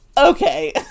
Okay